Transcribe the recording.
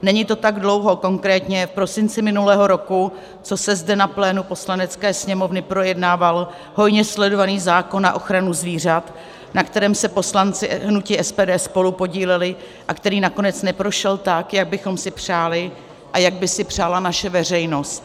Není to tak dlouho, konkrétně v prosinci minulého roku, co se zde na plénu Poslanecké sněmovny projednával hojně sledovaný zákon na ochranu zvířat, na kterém se poslanci hnutí SPD spolupodíleli a který nakonec neprošel tak, jak bychom si přáli a jak by si přála naše veřejnost.